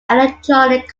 electronic